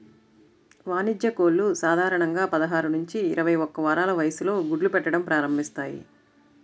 వాణిజ్య కోళ్లు సాధారణంగా పదహారు నుంచి ఇరవై ఒక్క వారాల వయస్సులో గుడ్లు పెట్టడం ప్రారంభిస్తాయి